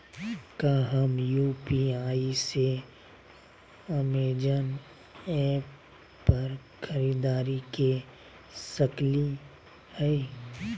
का हम यू.पी.आई से अमेजन ऐप पर खरीदारी के सकली हई?